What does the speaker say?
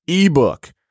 ebook